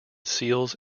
seals